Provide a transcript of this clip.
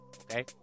okay